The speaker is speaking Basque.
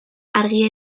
argia